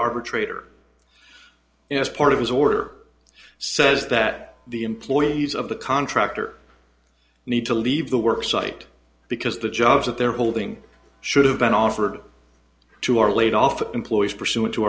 arbitrator as part of his order says that the employees of the contractor need to leave the work site because the jobs that they're holding should have been offered to our laid off employees pursu